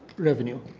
revenue.